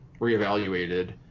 reevaluated